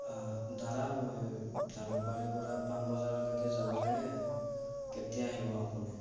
দাদা মই জালুকবাৰীৰ পৰা পাণবজাৰলৈকে যাব লাগে কেতিয়া আহিব আপুনি